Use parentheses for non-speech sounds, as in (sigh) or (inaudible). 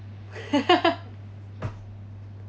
(laughs)